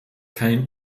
kein